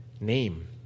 name